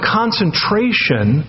concentration